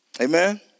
amen